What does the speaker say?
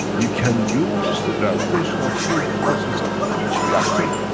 you can use the gravitational field-forces of each reactor,